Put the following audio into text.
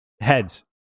Heads